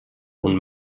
und